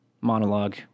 monologue